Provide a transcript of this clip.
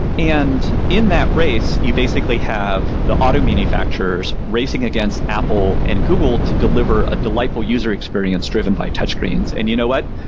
and in that race, you basically have the auto manufacturers racing against apple and google to deliver a delightful user experience driven by touchscreens and you know what?